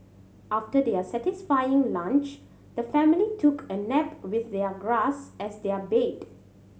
after their satisfying lunch the family took a nap with their grass as their bed